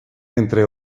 entre